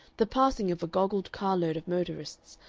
the passing of a goggled car-load of motorists,